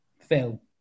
Phil